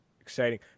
exciting